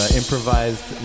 improvised